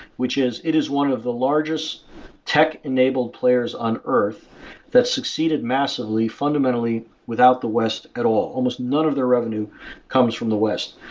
which is it is one of the largest tech-enabled players on earth that succeeded massively, fundamentally without the west at all. almost none of their revenue comes from the west.